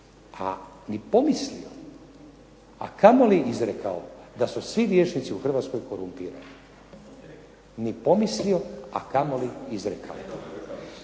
a ni pomislio a kamoli izrekao da su svi liječnici u Hrvatskoj korumpirani. Ni pomislio, a kamoli izrekao.